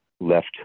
left